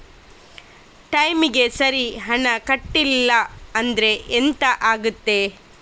ಟೈಮಿಗೆ ಸರಿ ಹಣ ಕಟ್ಟಲಿಲ್ಲ ಅಂದ್ರೆ ಎಂಥ ಆಗುತ್ತೆ?